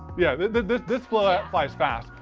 yeah this one flies fast.